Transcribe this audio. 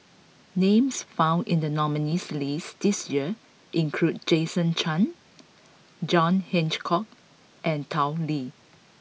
names found in the nominees' list this year include Jason Chan John Hitchcock and Tao Li